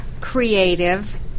creative